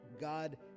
God